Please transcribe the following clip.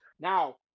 Now